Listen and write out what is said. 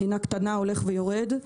מדינה קטנה הולך ויורד,